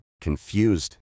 confused